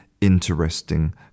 interesting